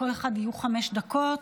לכל אחד יהיו חמש דקות.